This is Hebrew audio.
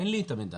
אין לי את המידע,